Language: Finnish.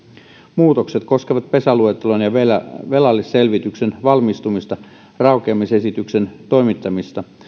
muutokset koskevat pesäluettelon ja velallisselvityksen valmistumista raukeamisesityksen toimittamista